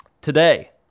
Today